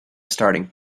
starting